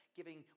giving